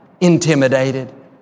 intimidated